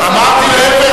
אמרתי להיפך,